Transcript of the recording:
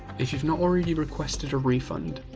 if you've not already requested a refund,